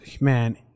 man